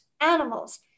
animals